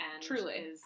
Truly